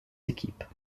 équipes